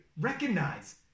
Recognize